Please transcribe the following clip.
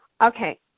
Okay